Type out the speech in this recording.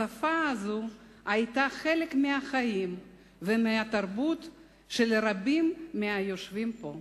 השפה הזאת היתה חלק מהחיים ומהתרבות של רבים מהיושבים פה.